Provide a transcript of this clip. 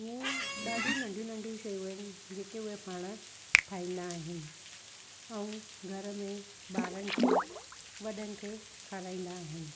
ईअं ई ॾाढियूं नंढियूं नंढियूं शयूं आहिनि जेके उहे पाण ठाहींदा आहिनि ऐं घर में ॿारनि खे वॾनि खे खाराईंदा आहिनि